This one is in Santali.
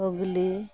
ᱦᱩᱜᱽᱞᱤ